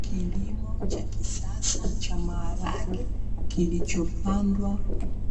Kilimo cha kisasa cha maharage, kilichopandwa